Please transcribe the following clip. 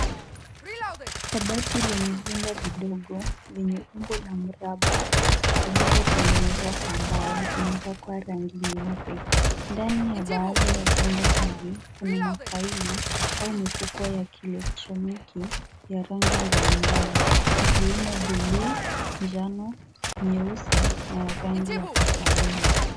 Kabati lenye vyumba vidogo vyenye umbo la mraba, vilivyotengenezwa kwa mbao vimepakwa rangi nyeupe. Ndani ya baadhi ya vyumba hivi, kuna mafaili au mifuko ya kielektroniki ya rangi mbalimbali. Ikiwemo bluu, njano, nyeusi na ya rangi ya kahawia.